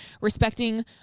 respecting